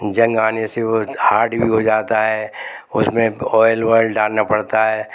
जंग आने से वो हार्ड भी हो जाता है उसमें ऑयल वॉयल डालना पड़ता है